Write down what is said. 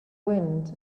wind